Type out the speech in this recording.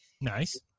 Nice